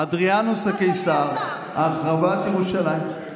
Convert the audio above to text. אדריאנוס הקיסר, החרבת ירושלים.